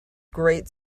great